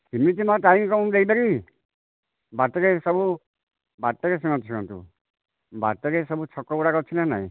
ସିମିତି ମା ଟାଇମ କ'ଣ ମୁଁ ଦେଇପାରିବି ବାଟରେ ସବୁ ବାଟରେ ଶୁଣନ୍ତୁ ଶୁଣନ୍ତୁ ବାଟରେ ସବୁ ଛକଗୁଡ଼ାକ ଅଛି ନା ନାଇଁ